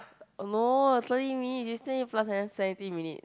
no thirty minutes you still need to plus another seventeen minute